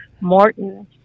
Morton